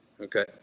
Okay